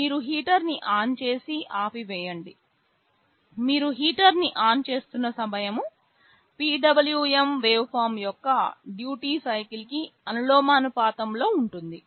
మీరు హీటర్ను ఆన్ చేసి ఆపివేయండి మీరు హీటర్ను ఆన్ చేస్తున్న సమయం PWM వేవ్ఫార్మ్ యొక్క డ్యూటీ సైకిల్కి అనులోమానుపాతంలో ఉంటుంది